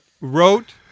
wrote